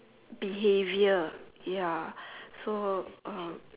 behaviour ya so uh